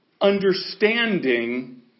understanding